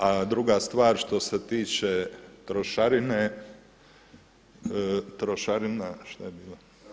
A druga stvar što se tiče trošarine, trošarina šta je bilo?